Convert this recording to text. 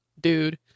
dude